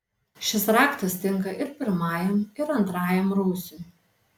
šis raktas tinka ir pirmajam ir antrajam rūsiui